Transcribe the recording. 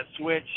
switch